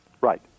Right